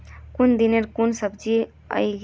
कुन दिनोत कुन सब्जी उगेई?